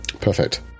perfect